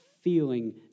feeling